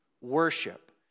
worship